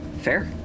Fair